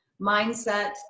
mindset